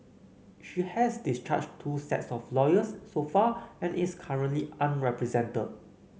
she has discharged two sets of lawyers so far and is currently unrepresented